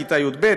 כיתה י"ב,